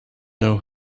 know